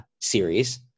series